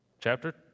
Chapter